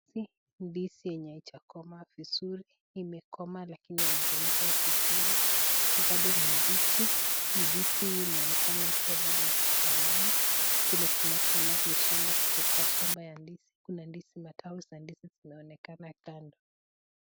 Ndizi yenye haijakomaa vizuri imekomaa lakini haijaivaa vizuri bado ni mbichi, ndizi imeonekana ikiwa bado iko shambani vile tunavyoona ni shamba iko kwa shamba ya ndizi kuna matawi ya ndizi imeonekana kando.